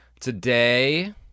Today